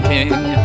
King